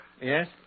Yes